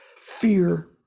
fear